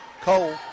Cole